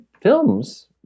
films